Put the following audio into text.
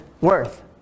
worth